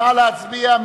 נא להצביע.